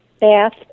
bath